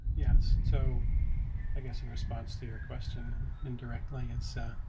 yes. so i guess in response to your question, indirectly, and so yeah